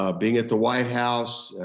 ah being at the white house,